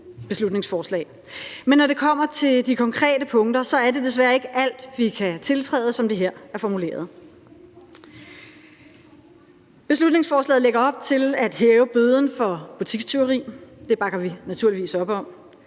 beslutningsforslag, men når det kommer til de konkrete punkter, er det desværre ikke alt, vi kan tiltræde, som det her er formuleret. Beslutningsforslaget lægger op til at hæve bøden for butikstyveri – det bakker vi naturligvis op om.